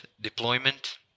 deployment